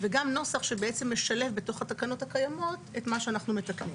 וגם נוסח שבעצם משלב בתוך התקנות הקיימות את מה שאנחנו מתקנים.